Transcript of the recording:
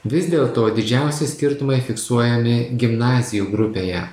vis dėlto didžiausi skirtumai fiksuojami gimnazijų grupėje